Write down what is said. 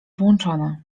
włączone